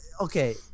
okay